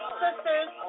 sisters